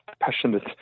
passionate